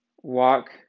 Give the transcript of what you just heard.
walk